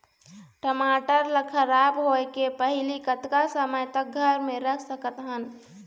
टमाटर ला खराब होय के पहले कतका समय तक घर मे रख सकत हन?